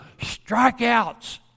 strikeouts